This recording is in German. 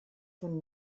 von